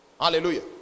Hallelujah